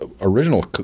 original